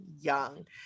young